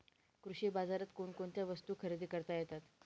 कृषी बाजारात कोणकोणत्या वस्तू खरेदी करता येतात